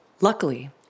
Luckily